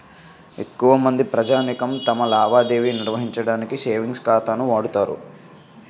ఎక్కువమంది ప్రజానీకం తమ లావాదేవీ నిర్వహించడానికి సేవింగ్ ఖాతాను వాడుతారు